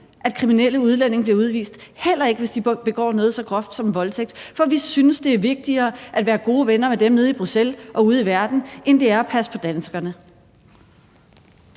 at kriminelle udlændinge bliver udvist, heller ikke hvis de begår noget så groft som voldtægt, for vi synes, det er vigtigere at være gode venner med dem nede i Bruxelles og ude i verden, end det er at passe på danskerne?